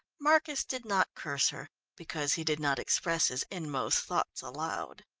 marcus did not curse her because he did not express his inmost thoughts aloud.